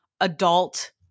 adult